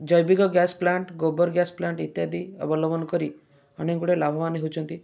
ଜୈବିକ gas plant ଗୋବର gas plant ଇତ୍ୟାଦି ଅବଲମ୍ବନ କରି ଅନେକଗୁଡ଼ିଏ ଲାଭବାନ ହେଉଛନ୍ତି